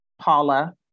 Paula